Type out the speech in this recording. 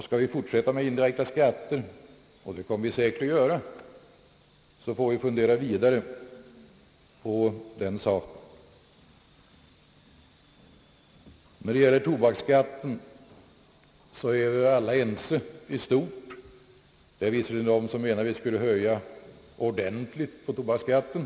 Skall vi fortsätta med indirekta skatter — och det kommer vi säkert att göra — får vi väl fundera vidare på den saken. När det gäller tobakssatten är vi väl i stort sett alla ense. Det finns visseligen de som menar att vi skulle göra en ordentlig höjning av tobaksskatten.